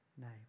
name